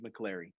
McClary